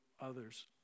others